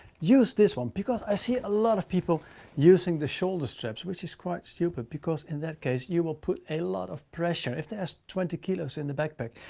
use this one. because i see a lot of people using the shoulder straps, which quite stupid because in that case, you will put a lot of pressure. if there's twenty kilos in the backpack,